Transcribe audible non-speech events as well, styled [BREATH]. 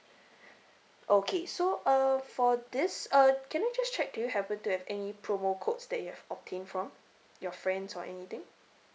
[BREATH] okay so uh for this uh can I just check do you happen to have any promo codes that you have obtained from your friends or anything